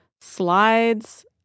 slides